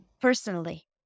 personally